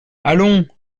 allons